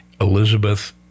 Elizabeth